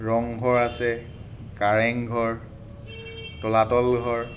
ৰংঘৰ আছে কাৰেং ঘৰ তলাতল ঘৰ